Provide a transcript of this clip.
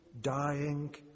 dying